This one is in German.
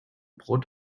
brot